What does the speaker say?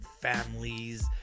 families